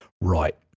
Right